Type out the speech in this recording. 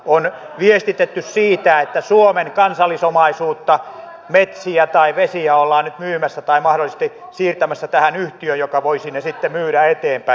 on viestitetty siitä että suomen kansallisomaisuutta metsiä tai vesiä ollaan nyt myymässä tai mahdollisesti siirtämässä tähän yhtiöön joka voisi ne sitten myydä eteenpäin